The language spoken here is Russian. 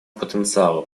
потенциала